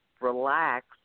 relax